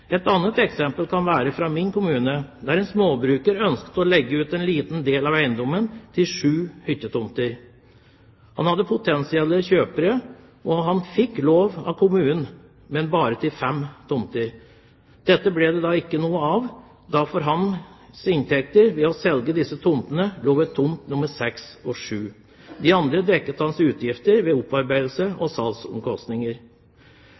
Et annet eksempel er fra min kommune. En småbruker ønsket å legge ut en liten del av eiendommen til sju hyttetomter. Han hadde potensielle kjøpere, og han fikk lov av kommunen, men bare til fem tomter. Da ble det ikke noe av, for inntekten hans ved å selge disse tomtene lå i tomt nr. 6 og tomt nr. 7. De andre dekket utgiftene til opparbeidelse